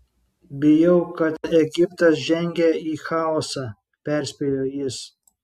bijau kad egiptas žengia į chaosą perspėjo jis